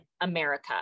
America